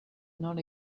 not